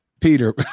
Peter